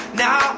now